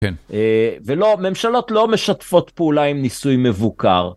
ולא, ממשלות לא משתפות פעולה עם ניסוי מבוקר.